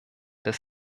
des